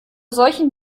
solchen